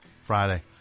Friday